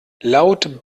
laut